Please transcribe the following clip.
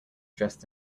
dressed